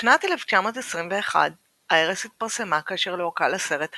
בשנת 1921 איירס התפרסמה כאשר לוהקה לסרט "השייח".